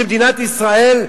של מדינת ישראל,